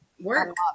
work